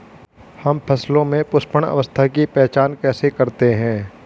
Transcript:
हम फसलों में पुष्पन अवस्था की पहचान कैसे करते हैं?